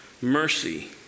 mercy